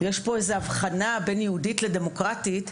יש פה הבחנה בין יהודית לדמוקרטית,